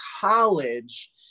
college